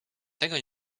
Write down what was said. tego